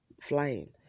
flying